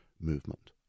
movement